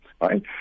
right